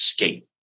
escape